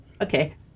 Okay